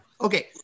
Okay